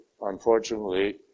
unfortunately